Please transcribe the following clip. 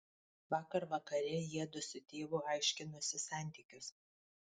vakar vakare jiedu su tėvu aiškinosi santykius